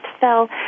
fell